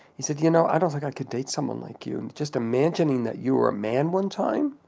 he said, you know i don't think i can date someone like you. and just imagining that you were a man one time.